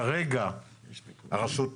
כרגע הרשות פנתה,